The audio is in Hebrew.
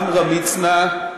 עמרם מצנע,